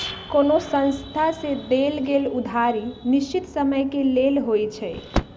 कोनो संस्था से देल गेल उधारी निश्चित समय के लेल होइ छइ